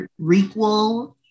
Requel